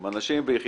הם אנשים ביחידות,